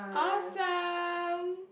awesome